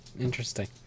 interesting